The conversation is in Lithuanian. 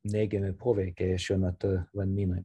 neigiami poveikiai šiuo metu vannynui